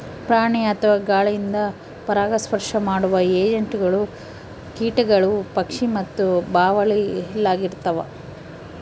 ಪ್ರಾಣಿ ಅಥವಾ ಗಾಳಿಯಿಂದ ಪರಾಗಸ್ಪರ್ಶ ಮಾಡುವ ಏಜೆಂಟ್ಗಳು ಕೀಟಗಳು ಪಕ್ಷಿ ಮತ್ತು ಬಾವಲಿಳಾಗಿರ್ತವ